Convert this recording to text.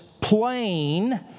plain